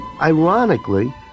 Ironically